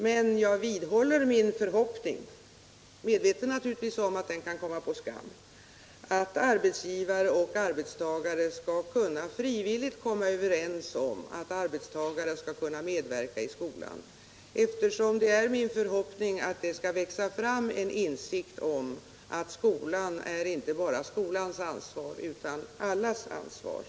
Men jag vidhåller också min förhoppning — naturligtvis medveten om att den kan komma på skam — att arbetsgivare och arbetstagare frivilligt skall kunna komma överens om att arbetstagare skall få medverka i skolan. Jag hoppas nämligen att det skall växa fram en insikt om att skolverksamheten inte bara är skolans ansvar utan allas ansvar.